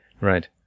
Right